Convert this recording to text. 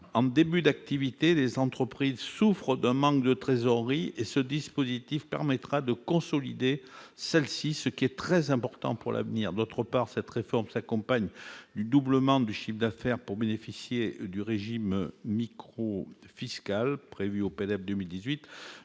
En début d'activité, les entreprises souffrent d'un manque de trésorerie. Ce dispositif permettra de consolider celle-ci, ce qui est très important pour l'avenir. Par ailleurs, cette réforme s'accompagne du doublement du chiffre d'affaires permettant de bénéficier du régime microfiscal.